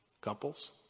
Couples